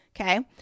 Okay